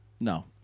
No